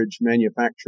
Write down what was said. manufacturing